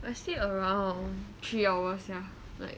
I sleep around three hours yeah like